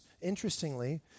interestingly